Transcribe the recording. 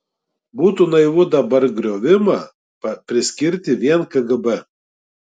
būtų naivu dabar griovimą priskirti vien kgb